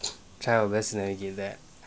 child resonate gave that